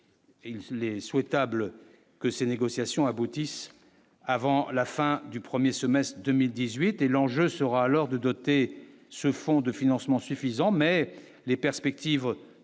s'il est souhaitable que ces négociations aboutissent avant la fin du 1er semestre 2018 et l'enjeu sera alors de doter ce fonds de financement suffisant, mais les perspectives devront